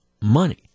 money